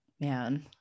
man